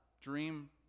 Dream